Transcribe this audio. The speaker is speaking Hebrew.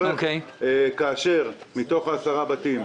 אני אחראי על הצוות הזה עם חוקרים,